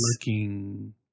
looking